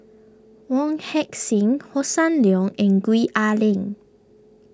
Wong Heck Sing Hossan Leong and Gwee Ah Leng